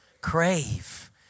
crave